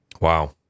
Wow